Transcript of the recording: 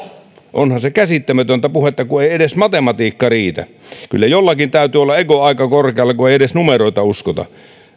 onhan se käsittämätöntä puhetta kun ei edes matematiikka riitä kyllä jollakin täytyy olla ego aika korkealla kun ei edes numeroita uskota